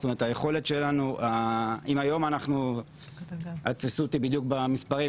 אל תתפסו אותי במספרים בדיוק,